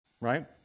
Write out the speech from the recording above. Right